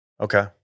okay